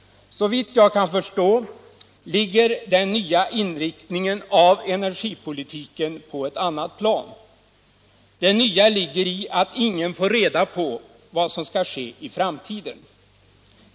Såvitt jag kan förstå ligger den nya inriktningen av energipolitiken på ett annat plan. Det nya ligger i att ingen får reda på vad som skall ske i framtiden.